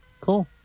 Cool